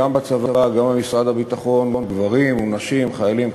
המתווה אומנם לא על סדר-היום,